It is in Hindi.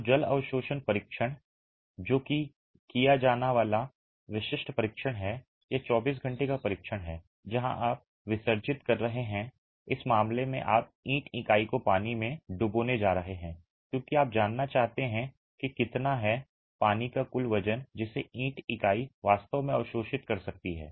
तो जल अवशोषण परीक्षण जो कि किया जाने वाला विशिष्ट परीक्षण है यह 24 घंटे का परीक्षण है जहां आप विसर्जित कर रहे हैं इस मामले में आप ईंट इकाई को पानी में डुबोने जा रहे हैं क्योंकि आप जानना चाहते हैं कि कितना है पानी का कुल वजन जिसे ईंट इकाई वास्तव में अवशोषित कर सकती है